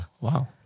Wow